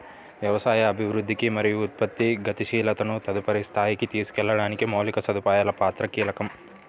వ్యవసాయ అభివృద్ధికి మరియు ఉత్పత్తి గతిశీలతను తదుపరి స్థాయికి తీసుకెళ్లడానికి మౌలిక సదుపాయాల పాత్ర కీలకం